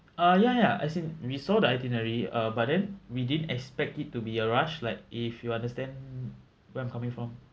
uh ya ya as in we saw the itinerary uh but then we didn't expect it to be a rush like if you understand where I'm coming from